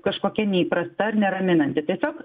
kažkokia neįprasta neraminanti tiesiog